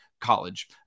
college